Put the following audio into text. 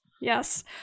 Yes